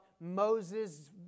Moses